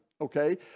Okay